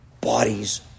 bodies